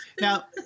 Now